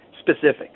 specific